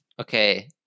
Okay